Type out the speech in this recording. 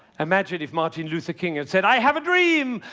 imagine if martin luther king had said, i have a dream.